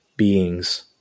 beings